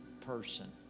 person